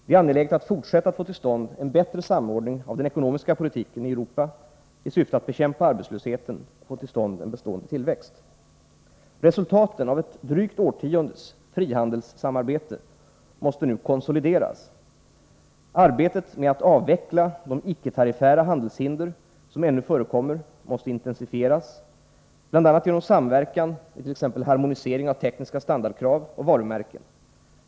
Det är angeläget att fortsätta att få till stånd en bättre samordning av den ekonomiska politiken i Europa i syfte att bekämpa arbetslösheten och få till stånd en bestående tillväxt. Resultaten av ett drygt årtiondes frihandelssamarbete måste nu konsolideras. Arbetet med att avveckla de icke-tariffära handelshinder som ännu förekommer måste intensifieras, bl.a. genom samverkan när det gäller t.ex. harmonisering av tekniska standardkrav och varumärken.